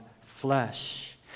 flesh